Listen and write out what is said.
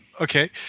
Okay